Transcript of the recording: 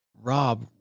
Rob